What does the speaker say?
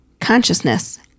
consciousness